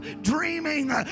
dreaming